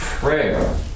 prayer